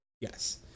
Yes